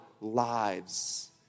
lives